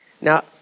Now